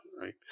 right